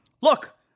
look